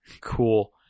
Cool